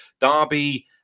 Derby